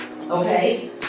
okay